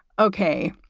ok.